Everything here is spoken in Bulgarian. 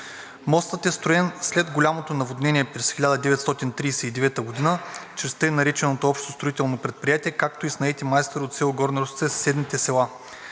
Мостът е строен след голямото наводнение през 1939 г. чрез така нареченото Общо строително предприятие, както и с наети майстори от село Горна Росица и съседните села.